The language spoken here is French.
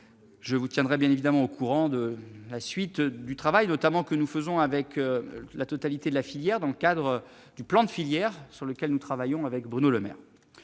Je vous tiendrai bien évidemment au courant de la suite du travail que nous effectuons avec la totalité de la filière, dans le cadre du plan de filière sur lequel Bruno Le Maire